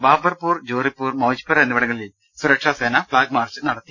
ബാബർപൂർ ജോറിപൂർ മൌജ്പൂർ എന്നിവിടങ്ങ ളിൽ സുരക്ഷാസേന ഫ്ളാഗ് മാർച്ച് നടത്തി